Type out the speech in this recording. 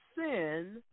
sin